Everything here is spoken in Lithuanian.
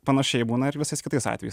panašiai būna ir visais kitais atvejais